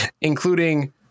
including